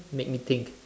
make me think